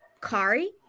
Kari